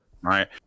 right